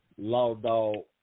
LawDog